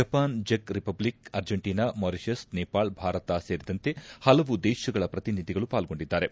Japan ಜೆಕ್ Republic Argentina Mauritius Nepal Bharat ಸೇರಿದಂತೆ ಹಲವು ದೇಶಗಳ ಪ್ರತಿನಿಧಿಗಳು ಪಾಲ್ಗೊಂಡಿದ್ದಾರೆ